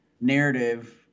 narrative